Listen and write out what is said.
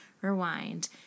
rewind